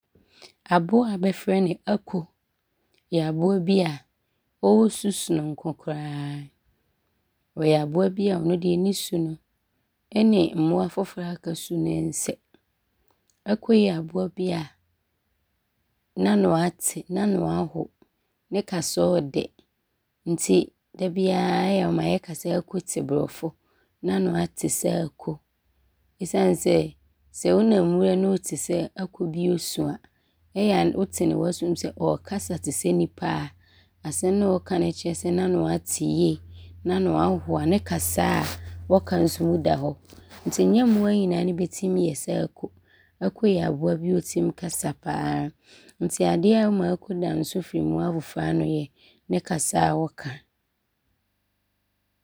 Aboa a bɛfrɛ no ako yɛ aboa bi a ɔwɔ su sononko koraa. Ɔyɛ aboa bi a, ɔno deɛ ne su no, ɔne mmoa foforɔ a aka biaa su ne nsɛ. Ako yɛ aboa bi a n’ano aate. N’ano aho. Ne kasa ɔɔdɛ nti dabiaa ɔyɛ a ɔma yɛka sɛ, ako te borɔfo. N’ano aate sɛ ako esiane sɛ, sɛ wonam wuram ne wote sɛ ako bi ɔɔsu a, ɔyɛ a wote no w’asom sɛ, ɔɔkasa te sɛ nnipa a asɛm no a ɔɔka no kyerɛ sɛ n’ano ate yie. N’ano aho a ne kasa a ɔka so mu da hɔ nti nyɛ mmoa nyinaa ne bɛtim yɛ sɛ ako. Ako yɛ aboa bi a asɛm na ɔtim kasa pa ara nti adeɛ a ɔma ako da ho ne yɛ ne kasa a ɔka.